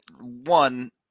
one